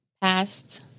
past